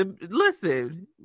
Listen